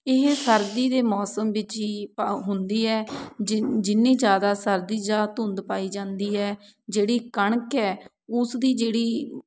ਇਹ ਸਰਦੀ ਦੇ ਮੌਸਮ ਵਿੱਚ ਹੀ ਹੁੰਦੀ ਹੈ ਜਿ ਜਿੰਨੀ ਜ਼ਿਆਦਾ ਸਰਦੀ ਜਾਂ ਧੁੰਦ ਪਾਈ ਜਾਂਦੀ ਹੈ ਜਿਹੜੀ ਕਣਕ ਹੈ ਉਸਦੀ ਜਿਹੜੀ